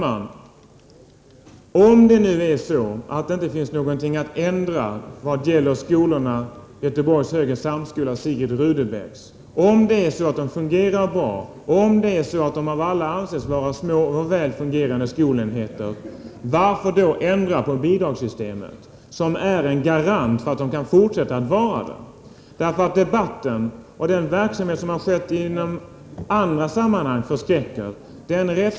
Fru talman! Om det inte finns något att ändra vad gäller skolorna Göteborgs högre samskola och Sigrid Rudebecks gymnasium, om de av alla anses vara små och väl fungerande skolenheter — varför då ändra bidragssystemet, som är en garant för att de kan fortsätta vara det? Debatten och det som har skett i andra sammanhang förskräcker.